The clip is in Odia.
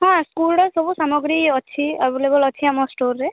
ହଁ ସ୍କୁଲ୍ରେ ସବୁ ସାମଗ୍ରୀ ଅଛି ଏଭେଲେବୁଲ୍ ଅଛି ଆମ ଷ୍ଟୋର୍ରେ